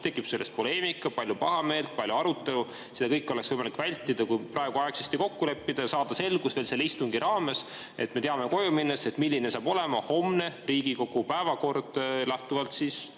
tekib sellest poleemika, palju pahameelt, palju arutelu. Seda kõike oleks võimalik vältida, kui praegu aegsasti kokku leppida ja saada selgus veel selle istungi raames, et me teame koju minnes, milline saab olema homne Riigikogu päevakord lähtuvalt